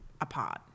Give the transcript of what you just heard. apart